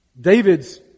David's